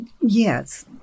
Yes